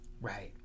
Right